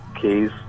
keys